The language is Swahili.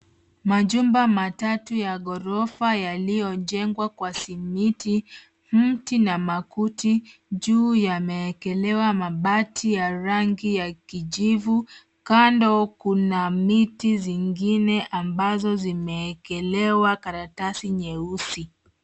Majumba matatu ya ghorofa yaliyo jengwa kwa simiti, mti na makuti. Juu ya maekelewa mabati ya rangi ya kijivu kando kunamiti zingine ambazo zimeekelewa karatasi nyeusi.